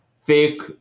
fake